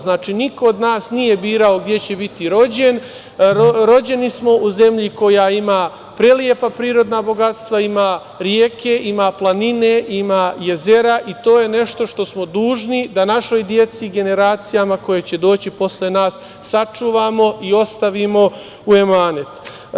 Znači, niko od nas nije birao gde će biti rođen, rođeni smo u zemlji koja ima prelepa prirodna bogatstva, ima reke, ima planine, ima jezera i to je nešto što smo dužni da našoj deci i generacijama koje će doći posle nas sačuvamo i ostavimo u amanet.